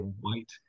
white